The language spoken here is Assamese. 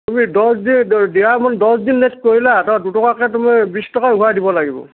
তুমি দহ দিন দিয়া সময়ত দহ দিন লেট কৰিলা দুটকাকৈ তুমি বিশ টকা ঘূৰাই দিব লাগিব